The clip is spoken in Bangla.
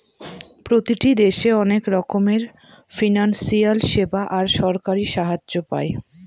প্রতিটি দেশে অনেক রকমের ফিনান্সিয়াল সেবা আর সরকারি সাহায্য পায়